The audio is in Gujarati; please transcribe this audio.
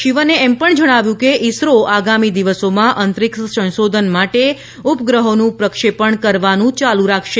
શિવને જણાવ્યુ છે કે ઈસરો આગામી દિવસોમાં અંતરિક્ષ સંશોધન માટે ઉપગ્રહોનું પ્રક્ષેપણ કરવાનું ચાલુ રાખશે